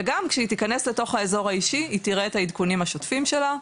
וגם כשהיא תיכנס לתוך האזור האישי היא תראה את העדכונים השוטפים שלה,